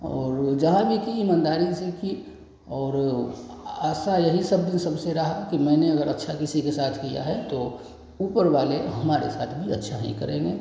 और जहाँ भी की ईमानदारी से की और आशा यही सब दिन सबसे रही कि मैंने अगर अच्छा किसी के साथ किया है तो ऊपर वाले हमारे साथ भी अच्छा ही करेंगे